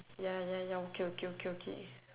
ya ya ya okay okay okay okay